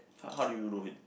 how how did you know him